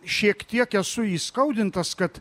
šiek tiek esu įskaudintas kad